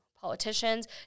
politicians